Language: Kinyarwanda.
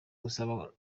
gusaba